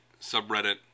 subreddit